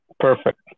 Perfect